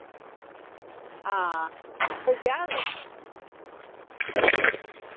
आं थ्होई जाह्ग